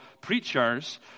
preachers